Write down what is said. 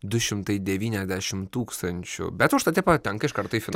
du šimtai devyniasdešim tūkstančių bet užtat jie patenka iš karto į finalą